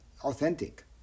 authentic